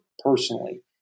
personally